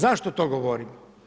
Zašto to govorim?